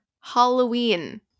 Halloween